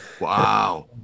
Wow